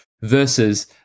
versus